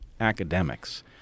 academics